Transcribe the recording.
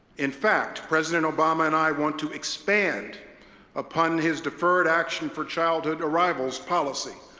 in fact, president obama and i want to expand upon his deferred action for childhood arrivals policy,